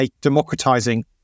democratizing